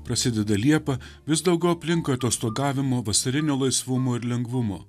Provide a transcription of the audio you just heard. prasideda liepa vis daugiau aplinkui atostogavimo vasarinio laisvumo ir lengvumo